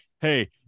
hey